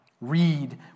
Read